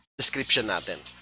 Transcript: description ah then,